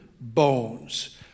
bones